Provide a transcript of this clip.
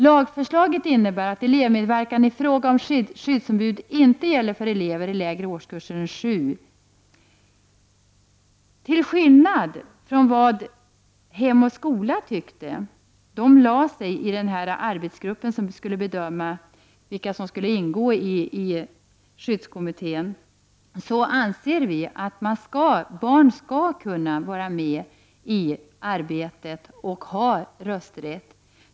Till skillnad från vad Riksförbundet hem och skola anser — dess representant lade ned sin röst i den arbetsgrupp som skulle bedöma vilka som skulle ingå i skyddskommittéerna — menar vi att barnen skall kunna vara med i arbetet och ha rösträtt.